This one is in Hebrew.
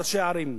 וראשי הערים,